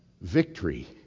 victory